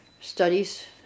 studies